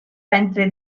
entre